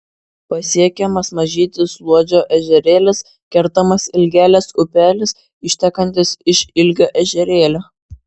pasiekiamas mažytis luodžio ežerėlis kertamas ilgelės upelis ištekantis iš ilgio ežerėlio